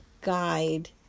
guide